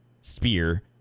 spear